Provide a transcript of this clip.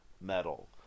metal